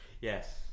Yes